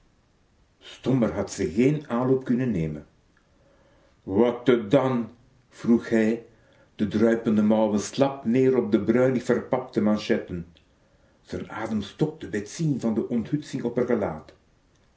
had ze geen anloop kunnen nemen watte dan vroeg hij de druipende mouwen slap neer op de bruinig verpapte manchetten z'n adem stokte bij t zien van de onthutsing op r gelaat